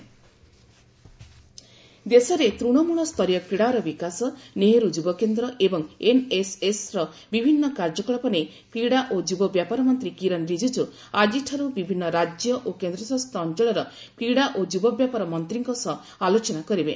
କ୍ରୀଡ଼ାମନ୍ତ୍ରୀ କିରନ୍ ରିଜିଜୁ ଦେଶରେ ତୂଶମୂଳ ସ୍ତରୀୟ କ୍ରୀଡ଼ାର ବିକାଶ ନେହରୁ ଯୁବକେନ୍ଦ୍ର ଏବଂ ଏନ୍ଏସ୍ଏସ୍ର ବିଭିନ୍ନ କାର୍ଯ୍ୟକଳାପ ନେଇ କ୍ରୀଡ଼ା ଓ ଯୁବ ବ୍ୟାପାର ମନ୍ତ୍ରୀ କିରନ ରିଜିଜ୍ଜୁ ଆକ୍ରିଠାରୁ ବିଭିନ୍ନ ରାଜ୍ୟ ଓ କେନ୍ଦ୍ରଶାସିତ ଅଞ୍ଚଳର କ୍ୱୀଡ଼ା ଓ ଯୁବବ୍ୟାପାର ମନ୍ତ୍ରୀଙ୍କ ସହ ଆଲୋଚନା କରିବେ